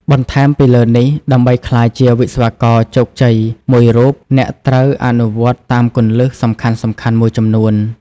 បន្លែមពីលើនេះដើម្បីក្លាយជាវិស្វករជោគជ័យមួយរូប អ្នកត្រូវអនុវត្តតាមគន្លឹះសំខាន់ៗមួយចំនួន។